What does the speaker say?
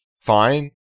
fine